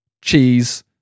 cheese